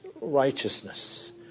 righteousness